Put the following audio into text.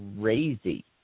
crazy